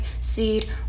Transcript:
seed